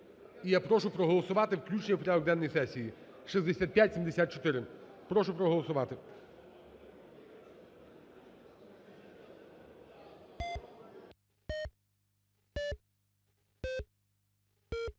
І я прошу проголосувати включення в порядок денний сесії 6574, прошу проголосувати.